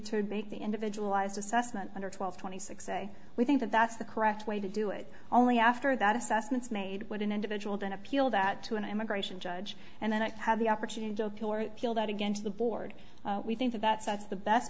to make the individual lives assessment under twelve twenty six say we think that that's the correct way to do it only after that assessments made what an individual don't appeal that to an immigration judge and then i have the opportunity to kill that against the board we think that that's that's the best